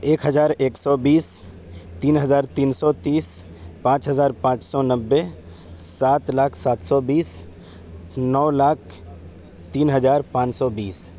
ایک ہزار ایک سو بیس تین ہزار تین سو تیس پانچ ہزار پانچ سو نبے سات لاکھ سات سو بیس نو لاکھ تین ہزار پانچ سو بیس